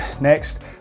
next